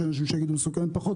יש אנשים שיגידו שהיא מסוכנת פחות,